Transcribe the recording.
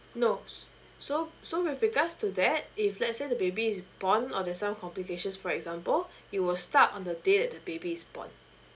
no s~ so so with regards to that if let's say the baby is born or there's some complications for example it will start on the date that the baby is born